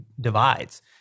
divides